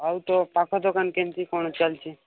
ଆଉ ତ ପାଖ ଦୋକାନ କେମିତି କ'ଣ ଚାଲିଛି